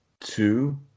two